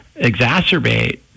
exacerbate